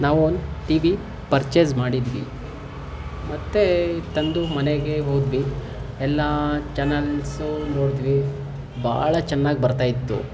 ನಾವು ಒಂದು TV purchase ಮಾಡಿದ್ವಿ ಮತ್ತು ತಂದು ಮನೆಗೆ ಹೋದ್ವಿ ಎಲ್ಲ ಚಾನೆಲ್ಸು ನೋಡಿದ್ವಿ ಭಾಳ ಚೆನ್ನಾಗಿ ಬರ್ತಾ ಇತ್ತು